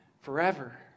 forever